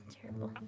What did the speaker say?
Terrible